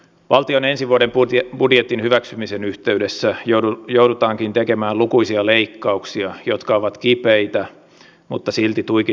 valtion ensi vuoden budjetin hyväksymisen yhteydessä joudutaankin tekemään lukuisia leikkauksia jotka ovat kipeitä mutta silti tuiki tarpeellisia